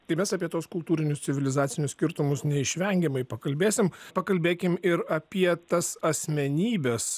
tai mes apie tuos kultūrinius civilizacinius skirtumus neišvengiamai pakalbėsim pakalbėkim ir apie tas asmenybes